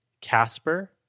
Casper